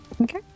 Okay